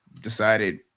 decided